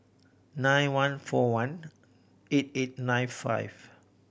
nine one four one eight eight nine five